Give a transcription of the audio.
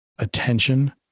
attention